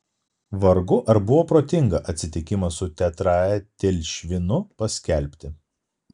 vargu ar buvo protinga atsitikimą su tetraetilšvinu paskelbti